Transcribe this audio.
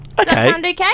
okay